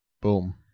Boom